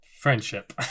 Friendship